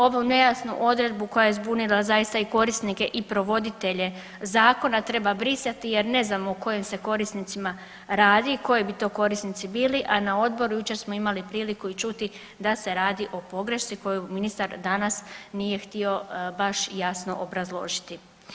Ovu nejasnu odredbu koja je zbunila zaista i korisnike i provoditelje zakona treba brisati jer ne znamo o kojim se korisnicima radi, koji bi to korisnici bili, a na odboru jučer smo imali priliku i čuti da se radi o pogrešci koju ministar danas nije htio baš jasno obrazložiti.